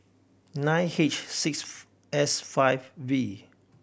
nine H six S five V